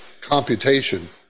computation